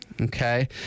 Okay